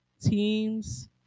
teams